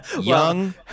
young